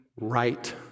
right